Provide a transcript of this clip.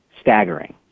staggering